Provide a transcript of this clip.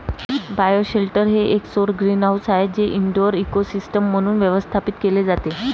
bioshelter हे एक सौर ग्रीनहाऊस आहे जे इनडोअर इकोसिस्टम म्हणून व्यवस्थापित केले जाते